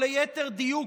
או ליתר דיוק,